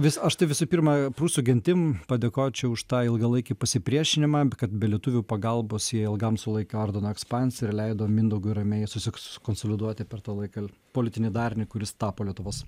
vis aš tai visų pirma prūsų gentim padėkočiau už tą ilgalaikį pasipriešinimą kad be lietuvių pagalbos jie ilgam sulaikė ordino ekspansiją ir leido mindaugui ramiai susis konsoliduoti per tą laiką politinį darinį kuris tapo lietuvos